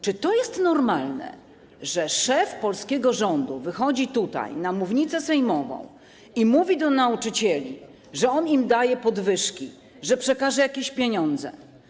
Czy to jest normalne, że szef polskiego rządu wychodzi tutaj, na mównicę sejmową, i mówi do nauczycieli, że on im daje podwyżki, że przekaże na to jakieś pieniądze.